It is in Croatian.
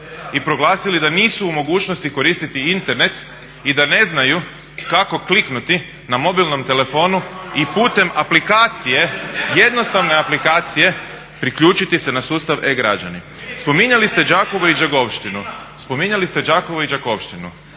i proglasili da nisu u mogućnosti koristiti Internet i da ne znaju kako kliknuti na mobilnom telefonu i putem aplikacije jednostavne aplikacije priključiti se na sustav e-građani. Spominjali ste Đakovo i Đakovštinu, ajde mi recite u koliko